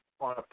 on